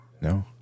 No